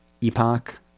Epoch